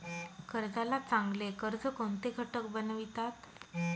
कर्जाला चांगले कर्ज कोणते घटक बनवितात?